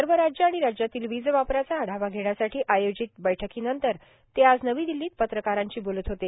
सर्व राज्ये आणि राज्यातील वीजवापराचा आढावा घेण्यासाठी आयोजित बैठकीनंतर ते आज नवी दिल्लीत पत्रकारांशी बोलत होते